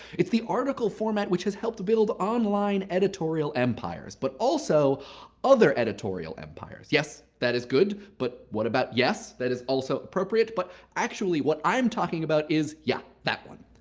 it's the article format which has helped build online editorial empires. but also other editorial empires. yes, that is good. but what about yes, that is also appropriate. but actually what i'm talking about is yeah, that one.